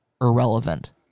irrelevant